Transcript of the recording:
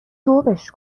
ذوبش